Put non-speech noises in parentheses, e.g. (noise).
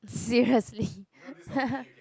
seriously (laughs)